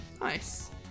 Nice